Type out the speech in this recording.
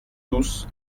tous